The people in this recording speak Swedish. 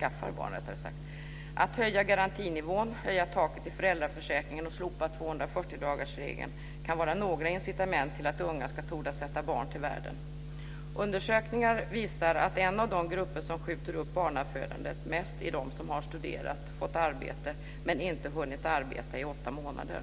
skaffar barn. Att höja garantinivån, höja taket i föräldraförsäkringen och slopa 240 dagarsregeln kan vara några incitament till att unga ska tordas sätta barn till världen. Undersökningar visar att en av de grupper som skjuter upp barnafödandet mest är de som har studerat, fått arbete men inte hunnit arbeta i åtta månader.